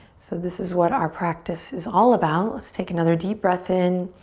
so this is what our practice is all about. let's take another deep breath in.